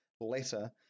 letter